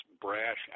brash